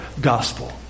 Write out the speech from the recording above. gospel